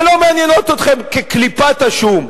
שמעניינות אתכם כקליפת השום.